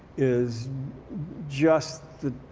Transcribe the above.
is just the